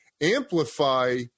amplify